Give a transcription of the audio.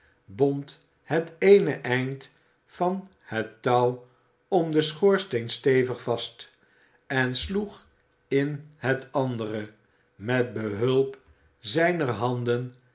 bond het eene eind van het touw om den schoorsteen stevig vast en sloeg in het andere met behulp zijner handen